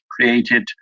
created